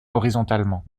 horizontalement